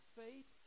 faith